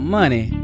money